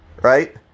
right